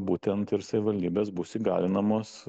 būtent ir savivaldybės bus įgalinamos